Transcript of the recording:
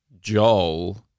Joel